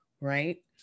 right